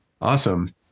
Awesome